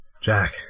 Jack